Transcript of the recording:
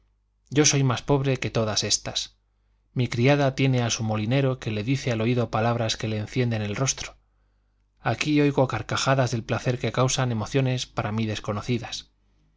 yo soy más pobre que todas estas mi criada tiene a su molinero que le dice al oído palabras que le encienden el rostro aquí oigo carcajadas del placer que causan emociones para mí desconocidas